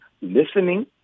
listening